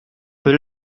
peu